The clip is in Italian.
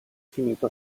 finito